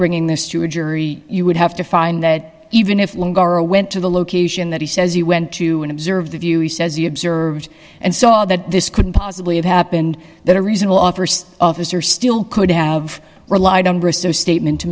bringing this to a jury you would have to find that even if went to the location that he says he went to and observe the view he says he observed and saw that this couldn't possibly have happened that a reasonable offer officer still could have relied on their statement to